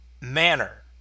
manner